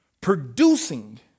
Producing